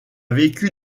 vécu